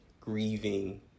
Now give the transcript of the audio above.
grieving